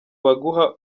baguha